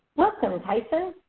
welcome, tyson.